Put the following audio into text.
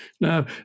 Now